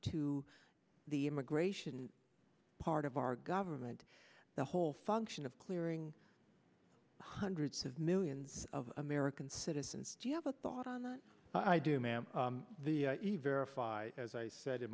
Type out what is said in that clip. to the immigration part of our government the whole function of clearing hundreds of millions of american citizens do you have a thought on i do ma'am the as i said in